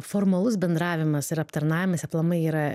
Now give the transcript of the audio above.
formalus bendravimas ir aptarnavimas aplamai yra